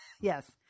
Yes